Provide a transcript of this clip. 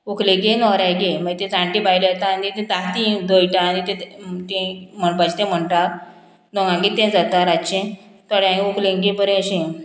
व्हंकलेगेर न्होवऱ्यागेर मागीर ते जाणट्यो बायलो येता आनी ते दांती दळटा आनी तें म्हणपाचे तें म्हणटा दोगांगेर तें जाता रातचें थोड्यांक व्हंकलेक बी बरे अशें